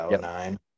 nine